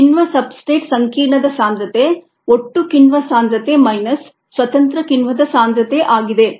ಕಿಣ್ವ ಸಬ್ಸ್ಟ್ರೇಟ್ ಸಂಕೀರ್ಣದ ಸಾಂದ್ರತೆ ಒಟ್ಟು ಕಿಣ್ವದ ಸಾಂದ್ರತೆ ಮೈನಸ್ ಸ್ವತಂತ್ರ ಕಿಣ್ವದ ಸಾಂದ್ರತೆ ಆಗಿದೆ